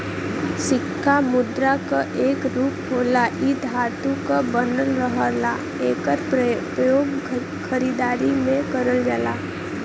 सिक्का मुद्रा क एक रूप होला इ धातु क बनल रहला एकर प्रयोग खरीदारी में करल जाला